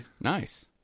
Nice